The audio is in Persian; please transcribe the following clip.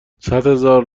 صدهزار